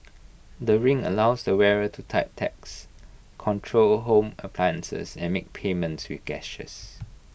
the ring allows the wearer to type texts control home appliances and make payments with gestures